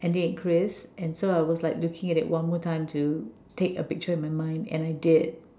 Andy and Chris and so I was like looking at it one more time to take a picture in my mind and I did